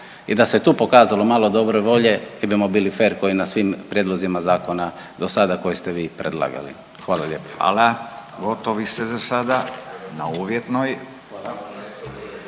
I da se tu pokazalo malo dobre volje mi bi bili fer kao i na svim prijedlozima zakona do sada koje ste vi predlagali. Hvala lijepo. **Radin, Furio (Nezavisni)** Hvala. Gotovi ste za sada, na uvjetnoj.